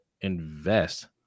invest